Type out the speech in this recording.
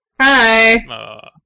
Hi